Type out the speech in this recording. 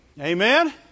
Amen